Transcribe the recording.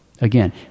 Again